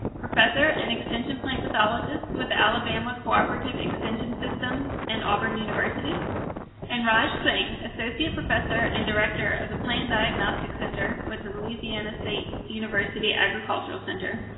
professor and extension plant pathologist with the alabama cooperative extension system and auburn university and raj singh, associate professor and director of the plant diagnostic center with the louisiana state university agricultural center,